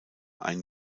ein